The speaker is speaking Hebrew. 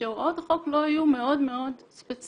שהוראות החוק לא יהיו מאוד מאוד ספציפיות